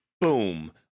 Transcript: boom